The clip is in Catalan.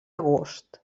agost